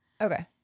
Okay